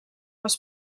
was